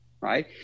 right